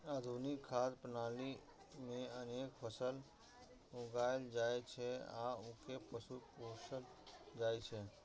आधुनिक खाद्य प्रणाली मे अनेक फसल उगायल जाइ छै आ अनेक पशु पोसल जाइ छै